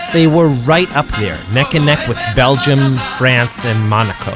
they were right up there neck and neck with belgium, france and monaco